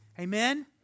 Amen